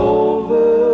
over